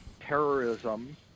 terrorism